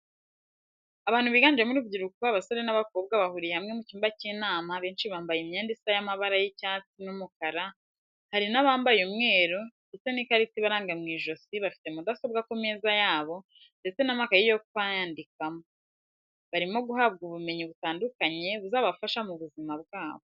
Abantu biganjemo urubyiruko abasore n'abakobwa bahuriye hamwe mu cyumba cy'inama abenshi bambaye imyenda isa y'amabara y'icyatsi n'umukara, hari n'abambaye umweru ndetse n'ikarita ibaranga mu ijosi bafite mudasobwa ku meza yabo ndetse n'amakaye yo kwandikamo, barimo guhabwa ubumenyi butandukanye buzabafasha mu buzima bwabo.